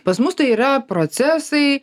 pas mus tai yra procesai